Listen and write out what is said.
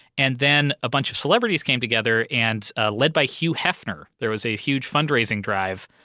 and then a bunch of celebrities came together, and ah led by hugh hefner. there was a huge fundraising drive.